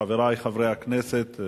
חברי חברי הכנסת,